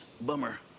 Bummer